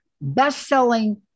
best-selling